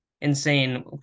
insane